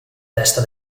testa